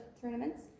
tournaments